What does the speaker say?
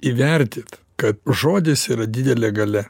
įvertint kad žodis yra didelė galia